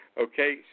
Okay